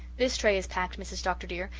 this tray is packed, mrs. dr. dear,